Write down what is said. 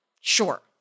Sure